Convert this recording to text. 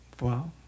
Wow